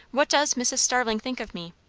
what does mrs. starling think of me?